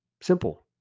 Simple